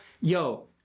yo